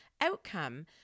outcome